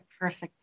perfect